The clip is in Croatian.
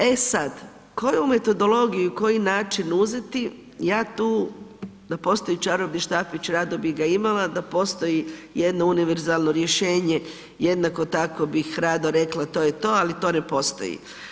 E sad, koju metodologiju i koji način uzeti, ja tu da postoji čarobni štapić rado bi ga imala, da postoji jedno univerzalno rješenje, jednako tako bih rado rekla to je to, ali to ne postoji.